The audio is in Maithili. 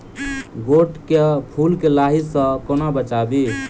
गोट केँ फुल केँ लाही सऽ कोना बचाबी?